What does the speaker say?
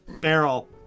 barrel